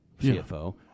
cfo